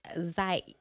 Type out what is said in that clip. Zay